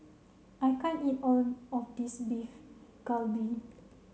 I can't eat all of this Beef Galbi